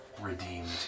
redeemed